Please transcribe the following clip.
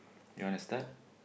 you wanna start